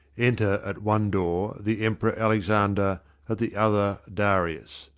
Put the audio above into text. enter, at one door, the emperor alexander, at the other, darius.